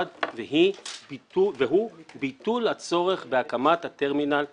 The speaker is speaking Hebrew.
והוא ביטול הצורך בהקמת הטרמינל הזמני.